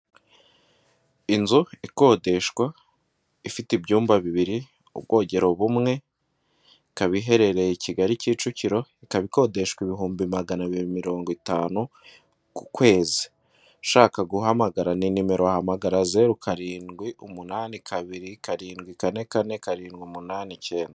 Inzu ikodeshwa ifite ibyumba bibiri ubwogero bumwe, ikaba iherereye i Kigali kicukiro, ikaba ikodeshwa ibihumbi magana biri mirongo itanu ku kwezi, ushaka guhamagara ni nimero hamagarazeru zeru karindwi umunani kabiri karindwi kane kane karindwi umunani icyenda.